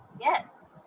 Yes